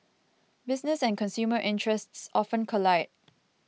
business and consumer interests often collide